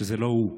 שזה לא הוא,